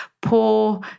poor